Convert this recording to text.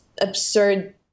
absurd